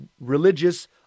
religious